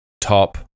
top